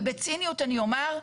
ובציניות אני אומר,